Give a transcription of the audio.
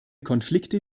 konflikte